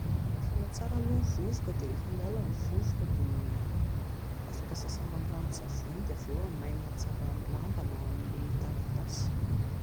Fafana tsara aloha ny vovoka dia rehefa miala ny vovoka dia afaka sasana amin'ny ranon-tsavony dia avy eo hamainina tsara amin'ny lamba na amin'ny taratasy